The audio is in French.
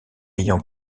ayant